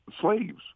slaves